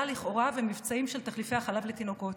לכאורה ומבצעים של תחליפי החלב לתינוקות,